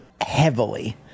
heavily